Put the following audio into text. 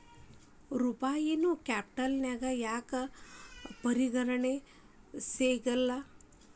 ರೂಪಾಯಿನೂ ಕ್ಯಾಪಿಟಲ್ನ್ಯಾಗ್ ಯಾಕ್ ಪರಿಗಣಿಸೆಂಗಿಲ್ಲಾ?